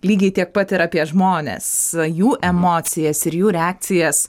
lygiai tiek pat ir apie žmones jų emocijas ir jų reakcijas